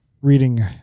reading